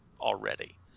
already